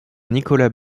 nicolas